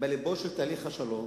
בלבו של תהליך השלום